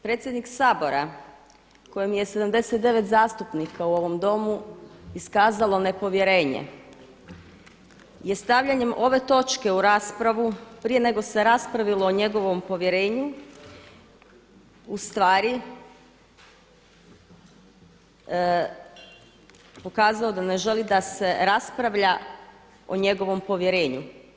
Predsjednik Sabora kojem je 79 zastupnika u ovom Domu iskazalo nepovjerenje je stavljanjem ove točke u raspravu prije nego se raspravilo o njegovom povjerenju u stvari pokazao da ne želi da se raspravlja o njegovom povjerenju.